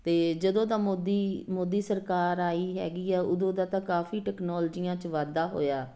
ਅਤੇ ਜਦੋਂ ਦਾ ਮੋਦੀ ਮੋਦੀ ਸਰਕਾਰ ਆਈ ਹੈਗੀ ਆ ਉਦੋਂ ਦਾ ਤਾਂ ਕਾਫ਼ੀ ਟਕਨੋਲਜੀਆਂ 'ਚ ਵਾਧਾ ਹੋਇਆ